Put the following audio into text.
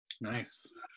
Nice